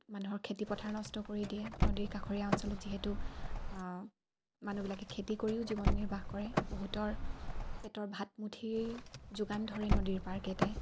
মানুহৰ খেতি পথাৰ নষ্ট কৰি দিয়ে নদীৰ কাষৰীয়া অঞ্চলত যিহেতু মানুহবিলাকে খেতি কৰিও জীৱন নিৰ্বাহ কৰে বহুতৰ পেটৰ ভাতমুঠিৰ যোগান ধৰে নদীৰ পাৰ কেইটাই